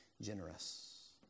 generous